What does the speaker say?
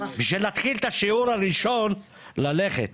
בשביל להתחיל את השיעור הראשון ללכת